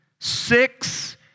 Six